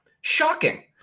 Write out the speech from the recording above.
Shocking